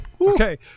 Okay